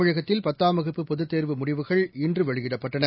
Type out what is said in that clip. தமிழகத்தில் பத்தாம் வகுப்பு பொதுத் தேர்வு முடிவுகள் இன்றுவெளியிடப்பட்டன